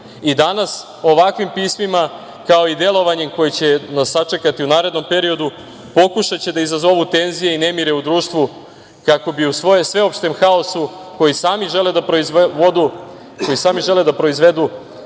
i danas ovakvim pismima, kao i delovanjem koje će nas sačekati u narednom periodu pokušaće da izazovu tenzije i nemire u društvu, kako bi u sveopštem haosu koji sami žele da proizvedu